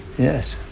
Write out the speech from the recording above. yes,